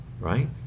right